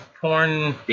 porn